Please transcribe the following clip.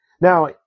Now